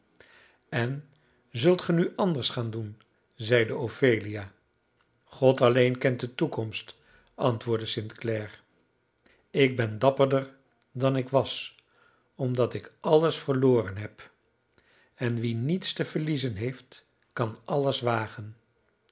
en zult ge nu anders gaan doen zeide ophelia god alleen kent de toekomst antwoordde st clare ik ben dapperder dan ik was omdat ik alles verloren heb en wie niets te verliezen heeft kan alles wagen